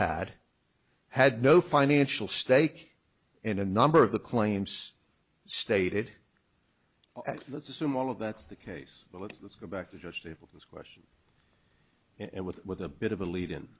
had had no financial stake in a number of the claims stated let's assume all of that's the case but let's go back to just able this question and with with a bit of a lead in